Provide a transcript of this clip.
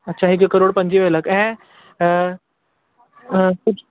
अच्छा हिकु करोड़ पंजवीह लख ऐं कुझु